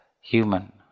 human